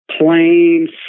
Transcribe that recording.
plain